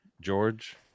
George